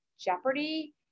Jeopardy